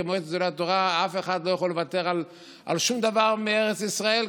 מועצת גדולי התורה: אף אחד לא יכול לוותר על שום דבר מארץ ישראל,